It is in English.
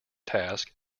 task